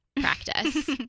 practice